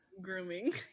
Grooming